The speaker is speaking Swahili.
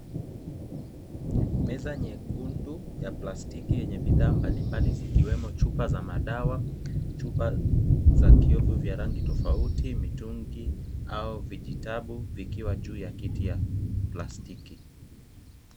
Meza nyekundu ya plastiki yenye bidhaa mbalimbali zikiwemo chupa za madawa, chupa za kiowevu vya rangi tofauti, mitungi au vijitabu vikiwa juu ya kiti ya plastiki.